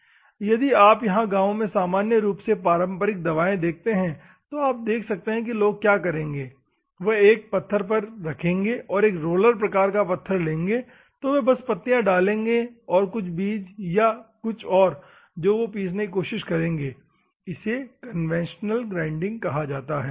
यदि आप यहां गांवों में सामान्य रूप से पारंपरिक दवाएं देखते हैं तो आप देख सकते हैं कि लोग क्या करेंगे वे एक पत्थर पर रखेंगे और एक रोलर प्रकार का पत्थर लेंगे तो वे बस पत्तियां डालेंगे और बीज या कुछ और जो वे पीसने की कोशिश करेंगे इसे कन्वेंशनल ग्राइंडिंग कहा जाता है